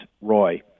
Roy